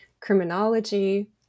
criminology